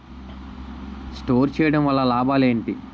Store చేయడం వల్ల లాభాలు ఏంటి?